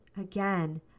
Again